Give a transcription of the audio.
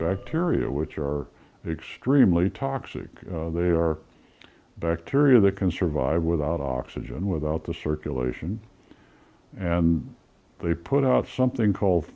bacteria which are extremely toxic they are bacteria that can survive without oxygen without the circulation and they put out something called